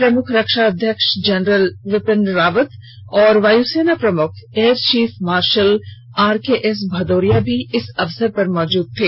प्रमुख रक्षा अध्यक्ष जनरल बिपिन रावत और वायुसेना प्रमुख air chief marshal R K S Bhadauria भी इस अवसर पर मौजूद थे